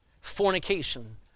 fornication